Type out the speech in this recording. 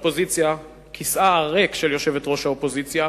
כיסאה הריק של יושבת-ראש האופוזיציה,